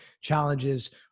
challenges